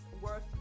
worth